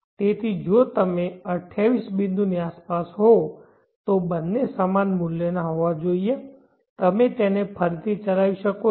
તેથી જો તમે તે 28 બિંદુની આસપાસ હો તો બંને સમાન મૂલ્યોનાં હોવા જોઈએ તમે તેને ફરીથી ચલાવી શકો છો